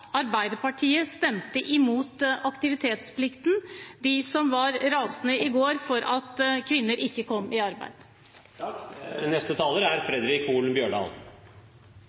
Arbeiderpartiet – som i går var rasende for at kvinner ikke kom i arbeid